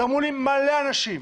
תרמו לי הרבה אנשים,